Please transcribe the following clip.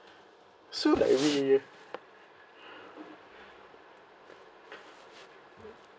so like we